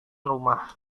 rumah